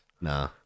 Nah